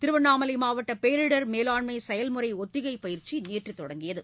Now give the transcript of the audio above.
திருவண்ணாமலை மாவட்ட பேரிடர் மேலாண்மை செயல்முறை ஒத்திகை பயிற்சி நேற்று தொடங்கியது